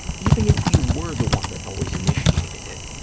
even if you were the one that always initiated it,